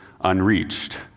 unreached